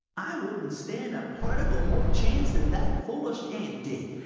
i wouldn't stand a particle more chance than that foolish ant did.